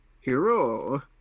Hero